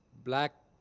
black,